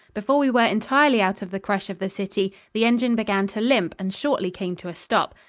before we were entirely out of the crush of the city, the engine began to limp and shortly came to a stop.